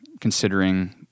considering